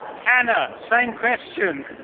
hannah, same question.